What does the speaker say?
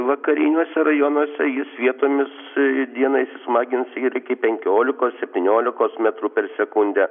vakariniuose rajonuose jis vietomis dieną įsismagins ir iki penkiolikos septyniolikos metrų per sekundę